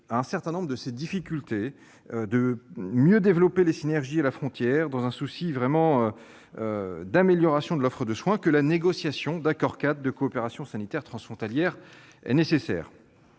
à un certain nombre de ces difficultés et mieux développer les synergies à la frontière, dans un souci d'optimisation de l'offre de soins, que la négociation d'accords-cadres de coopération sanitaire transfrontalière est nécessaire.